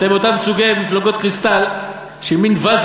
אתם מאותם סוגי מפלגות קריסטל שהן מין ואזה